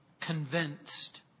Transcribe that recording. Convinced